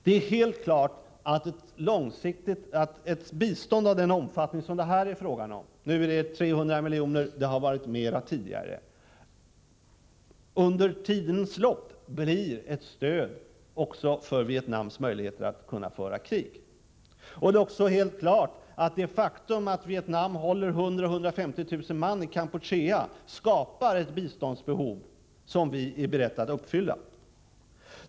Det är helt klart att ett bistånd av den omfattning det här är fråga om, nu uppgår det till 300 miljoner, det har varit mer tidigare, under tidens lopp blir ett stöd också för Vietnams möjligheter att föra krig. Det är också helt klart att det faktum att Vietnam håller 100 000-150 000 man i Kampuchea skapar ett biståndsbehov, vilket vi alltså är beredda att försöka klara.